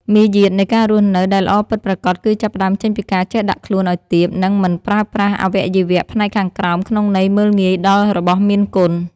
មារយាទនៃការរស់នៅដែលល្អពិតប្រាកដគឺចាប់ផ្តើមចេញពីការចេះដាក់ខ្លួនឱ្យទាប និង មិនប្រើប្រាស់អវយវៈផ្នែកខាងក្រោមក្នុងន័យមើលងាយដល់របស់មានគុណ។